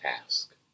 task